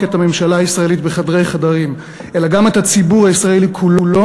את הממשלה הישראלית בחדרי חדרים אלא גם את הציבור הישראלי כולו,